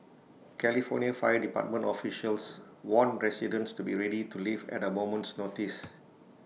California fire department officials warned residents to be ready to leave at A moment's notice